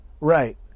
right